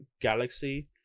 galaxy